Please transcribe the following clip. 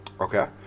Okay